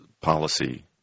policy